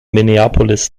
minneapolis